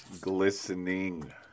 glistening